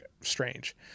strange